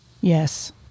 Yes